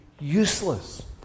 useless